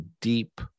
deep